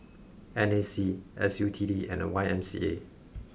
N A C S U T D and Y M C A